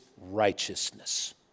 righteousness